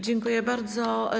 Dziękuję bardzo.